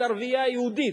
את ערבייה יהודית,